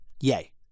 yay